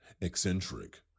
eccentric